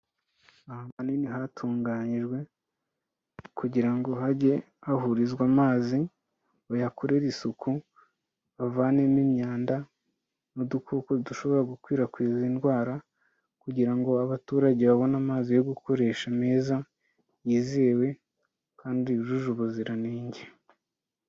Ahantu hanini hatunganyijwe kugira ngo hajye hahurizwa amazi bayakorere isuku, bavanemo imyanda n'udukoko dushobora gukwirakwiza indwara kugira ngo abaturage babone amazi yo gukoresha meza, yizewe kandi yujuje ubuziranenge.